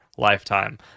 lifetime